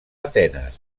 atenes